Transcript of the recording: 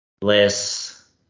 less